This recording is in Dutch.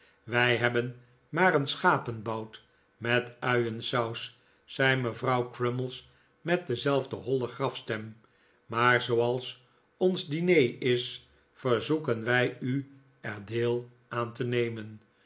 wij hebben maar een schapenbout met uiensaus zei mevrouw crummies met dezelfde holle grafstem maar zooals ons diner is verzoeken wij u er deel aan te nemen